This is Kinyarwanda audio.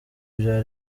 bya